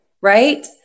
right